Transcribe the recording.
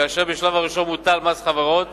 כאשר בשלב הראשון מוטל מס חברות